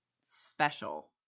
special